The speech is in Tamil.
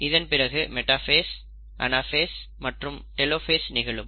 இதன் பிறகு மெடாஃபேஸ் அனாஃபேஸ் மற்றும் டெலோஃபேஸ் நிகழும்